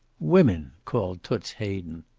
women! called toots hayden.